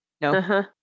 no